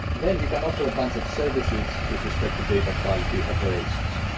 then you can offer a bunch of services with respect to data quality operations,